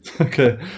okay